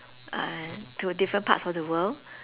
uh to different parts of the world